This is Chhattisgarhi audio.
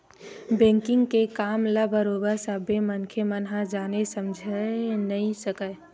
बेंकिग के काम ल बरोबर सब्बे मनखे मन ह जाने समझे नइ सकय